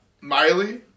Miley